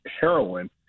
heroin